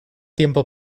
tiempo